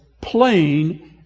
plain